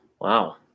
Wow